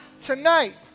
Tonight